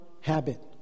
habit